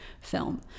film